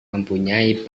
mempunyai